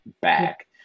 back